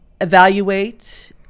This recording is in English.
evaluate